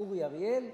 אורי אריאל,